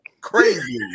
Crazy